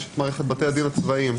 יש מערכת בתי הדין הצבאיים.